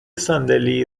صندلی